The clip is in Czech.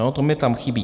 To mi tam chybí.